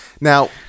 now